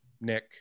Nick